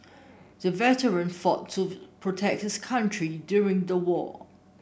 the veteran fought to protect his country during the war